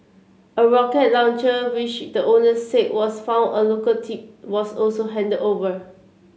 a rocket launcher which the owner said was found a local tip was also handed over